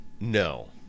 no